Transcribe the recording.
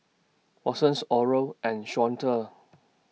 Watson's Oral and Shawnda